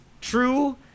true